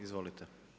Izvolite.